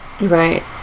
right